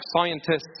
scientists